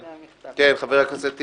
חבר הכנסת טיבי,